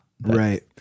Right